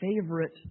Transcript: favorite